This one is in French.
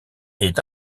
est